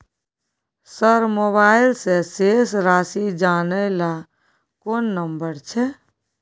Sir mobile से शेस राशि जानय ल कोन नंबर छै?